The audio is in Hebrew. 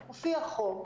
הופיע חום,